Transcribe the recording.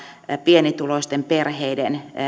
pienituloisten perheiden